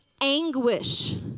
anguish